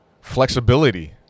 flexibility